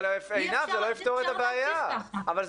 אי אפשר להמשיך ככה --- אבל עינב,